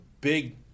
big